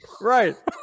Right